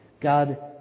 God